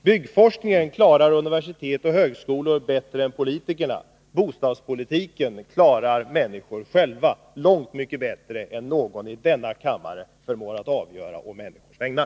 Byggforskningen klarar universitet och högskolor bättre än vi politiker. Bostadspolitiken klarar människor själva långt mycket bättre än någon i denna kammare förmår att göra å människors vägnar.